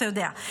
אתה יודע.